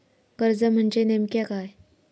कर्ज म्हणजे नेमक्या काय?